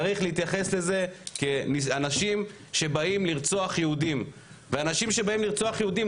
צריך להתייחס לזה כאנשים שבאים לרצוח יהודים ואנשים שבאים לרצוח יהודים,